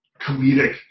comedic